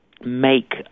make